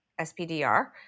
SPDR